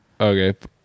Okay